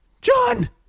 John